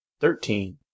Thirteen